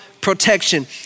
protection